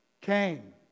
came